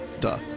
duh